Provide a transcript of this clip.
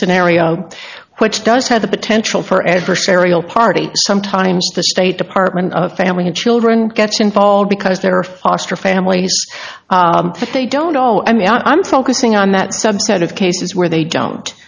scenario which does have the potential for adversarial party sometimes the state department of family and children gets involved because there are foster families but they don't all i mean i'm focusing on that subset of cases where they don't